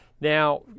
now